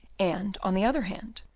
and, on the other hand,